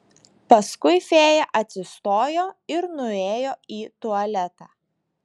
paskui fėja atsistojo ir nuėjo į tualetą